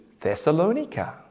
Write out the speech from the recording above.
Thessalonica